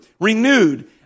renewed